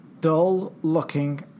dull-looking